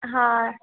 હા